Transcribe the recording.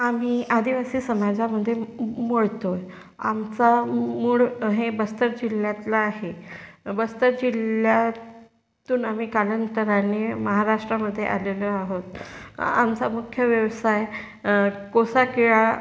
आम्ही आदिवासी समाजामध्ये मोडतो आहे आमचं मू मूळ हे बस्तर जिल्ह्यातलं आहे बस्तर जिल्ह्यातून आम्ही कालांतराने महाराष्ट्रामध्ये आलेलो आहोत आमचा मुख्य व्यवसाय कोसाकिळा